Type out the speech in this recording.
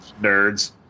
Nerds